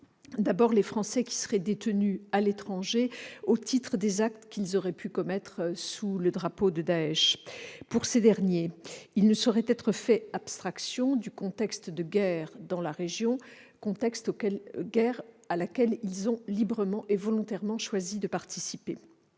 combat, c'est-à-dire qui seraient détenus à l'étranger au titre des actes qu'ils auraient pu commettre sous le drapeau de Daech. Pour ceux-là, il ne saurait être fait abstraction du contexte de guerre dans la région, guerre à laquelle ils ont librement et volontairement choisi de participer.